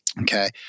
Okay